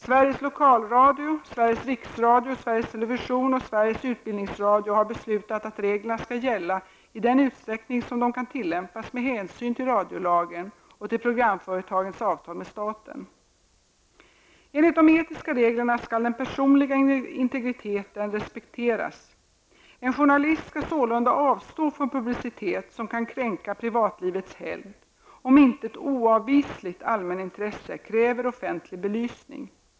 Sveriges lokalradio, Sveriges riksradio, Sveriges television och Sveriges utbildningsradio har beslutat att reglerna skall gälla i den utsträckning som de kan tillämpas med hänsyn till radiolagen och till programföretagens avtal med staten. Enligt de etiska reglerna skall den personliga integriteten respekteras. En journalist skall sålunda avstå från publicitet som kan kränka privatlivets helgd, om inte ett oavvisligt allmänintresse kräver offentlig belysning.